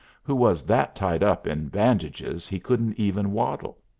who was that tied up in bandages he couldn't even waddle.